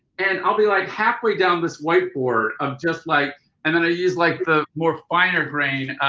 and i'll be like halfway down this whiteboard of just like and then i use like the more finer grain